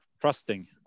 trusting